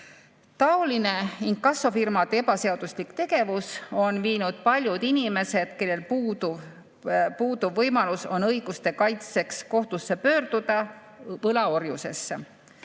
Taoline inkassofirmade ebaseaduslik tegevus on viinud paljud inimesed, kellel puudub võimalus oma õiguste kaitseks kohtusse pöörduda, võlaorjusesse.